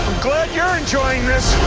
glad you're enjoying this! i